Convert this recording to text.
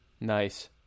nice